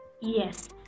yes